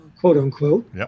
quote-unquote